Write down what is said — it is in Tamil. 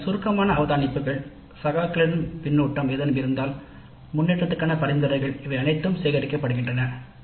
பின்னர் சுருக்கமான அவதானிப்புகள் சகாக்களின் கருத்து ஏதேனும் இருந்தால் முன்னேற்றத்திற்கான பரிந்துரைகள் இவை அனைத்தும் சேகரிக்கப்படுகின்றன